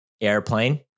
airplane